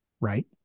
Right